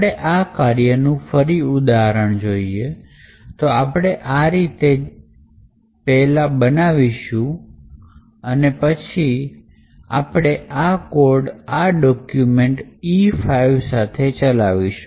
આપણે આ કાર્ય નું ફરી ઉદાહરણ જોઈએ તો આપણે આ રીતે એ પહેલા બનાવીશું અને પછી આપડે આ કોર્ડ આ ડોક્યુમેન્ટ E5 સાથે ચલાવીશું